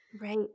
Right